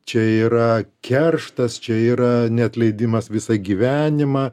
čia yra kerštas čia yra neatleidimas visą gyvenimą